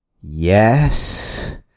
yes